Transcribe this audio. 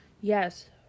yes